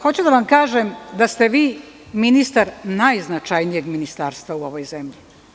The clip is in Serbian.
Hoću da kažem da ste vi ministar najznačajnijeg ministarstva u ovoj zemlji.